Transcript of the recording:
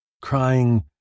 crying